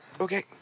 okay